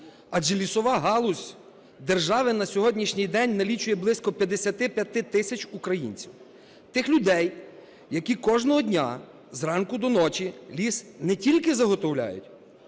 Адже лісова галузь держави на сьогоднішній день налічує близько 55 тисяч українців – тих людей, які кожного дня з ранку до ночі ліс не тільки заготовляють,